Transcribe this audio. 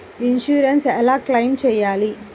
Insurance ఎలా claim చేయాలి?